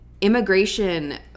immigration